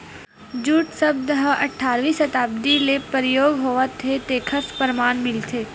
jute सब्द ह अठारवी सताब्दी ले परयोग होवत हे तेखर परमान मिलथे